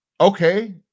Okay